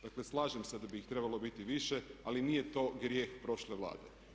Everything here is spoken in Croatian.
Dakle, slažem se da bi ih trebalo biti više, ali nije to grijeh prošle Vlade.